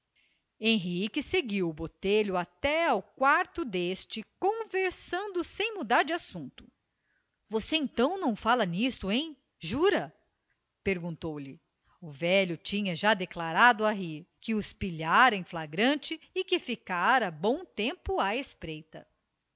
henrique seguiu o botelho até ao quarto deste conversando sem mudar de assunto você então não fala nisto hein jura perguntou-lhe o velho tinha já declarado a rir que os pilhara em flagrante e que ficara bom tempo à espreita